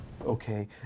Okay